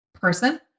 person